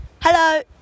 Hello